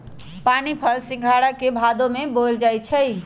पानीफल सिंघारा के भादो में बोयल जाई छै